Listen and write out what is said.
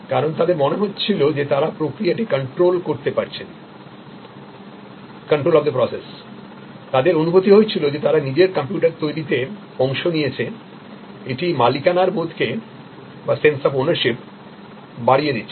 কারণ তাদের মনে হচ্ছিল যে তারা প্রক্রিয়াটি কন্ট্রোল করতে পারছেন কন্ট্রোল অফ্ দি প্রসেস তাদের অনুভূতি হয়েছিল যে তারা নিজের কম্পিউটার তৈরিতে অংশ নিয়েছে এটি মালিকানার বোধকে সেন্স অফ ওনারশিপ বাড়িয়ে দিত